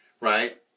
right